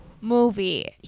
movie